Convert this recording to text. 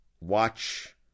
watch